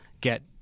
get